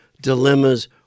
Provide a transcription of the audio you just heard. dilemmas